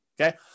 okay